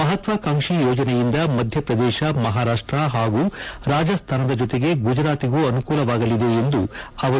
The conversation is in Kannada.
ಮಹತ್ವಾಕಾಂಕ್ಷಿ ಯೋಜನೆಯಿಂದ ಮಧ್ಯಪ್ರದೇಶ ಮಹಾರಾಷ್ಟ ಹಾಗೂ ರಾಜಸ್ಥಾನದ ಜೊತೆಗೆ ಗುಜರಾತಿಗೂ ಅನುಕೂಲವಾಗಲಿದೆ ಎಂದರು